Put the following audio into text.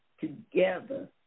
together